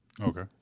Okay